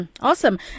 Awesome